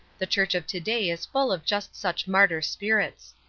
the church of to-day is full of just such martyr spirits!